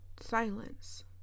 silence